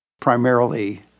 primarily